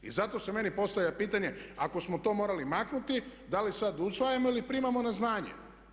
I zato se meni postavlja pitanje ako smo to morali maknuti da li sada usvajamo ili primamo na znanje.